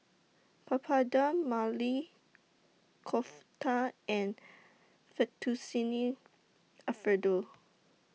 Papadum Maili Kofta and Fettuccine Alfredo